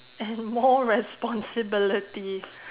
and more responsibility